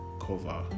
cover